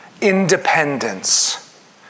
independence